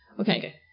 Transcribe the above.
Okay